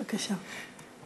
בבקשה.